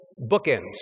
bookends